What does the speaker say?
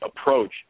approach